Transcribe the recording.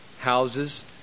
houses